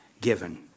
given